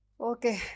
Okay